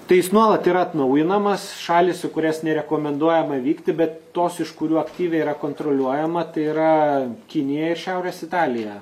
tai jis nuolat yra atnaujinamas šalis į kurias nerekomenduojama vykti bet tos iš kurių aktyviai yra kontroliuojama tai yra kinija ir šiaurės italija